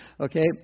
Okay